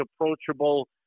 approachable